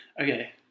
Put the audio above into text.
Okay